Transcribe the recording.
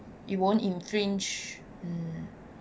you won't infringe